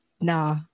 nah